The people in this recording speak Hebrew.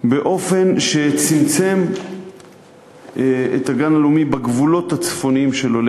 באופן שצמצם את הגן הלאומי בגבולות הצפוניים שלו,